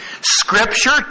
Scripture